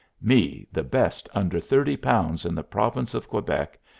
me the best under thirty pounds in the province of quebec,